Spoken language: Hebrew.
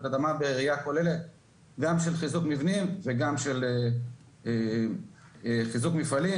אדמה בראייה כוללת גם של חיזוק מבנים וגם של חיזוק מפעלים.